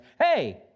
Hey